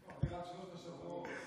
אווירת, השחור.